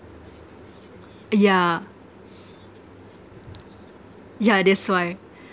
yeah yeah that's why